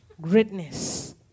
greatness